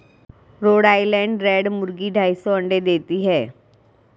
road Island red मुर्गी ढाई सौ अंडे देती है